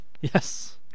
Yes